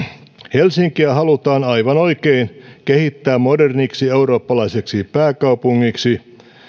helsinkiä halutaan aivan oikein kehittää moderniksi eurooppalaiseksi pääkaupungiksi